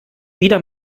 wieder